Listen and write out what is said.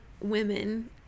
women